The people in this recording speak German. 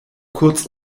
kurz